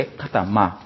katama